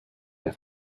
have